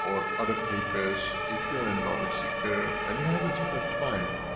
or other papers, if you're a knowledge seeker and you have spare time,